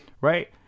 right